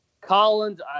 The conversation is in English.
collins